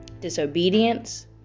disobedience